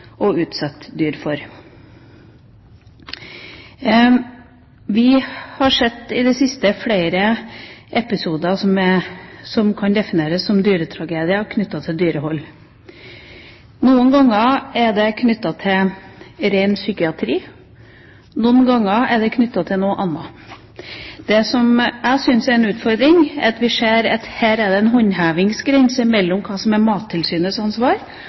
å utsette dyr for. Vi har i det siste hatt flere episoder knyttet til dyrehold som kan defineres som dyretragedier. Noen ganger er det knyttet til ren psykiatri, noen ganger er det knyttet til noe annet. Det som jeg syns er en utfordring, er at vi ser at her er det en håndhevingsgrense mellom hva som i noen situasjoner er Mattilsynets ansvar,